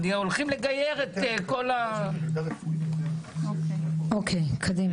הולכים לגייר את כל ה- -- אוקיי קדימה.